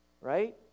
right